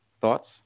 Thoughts